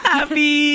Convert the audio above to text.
Happy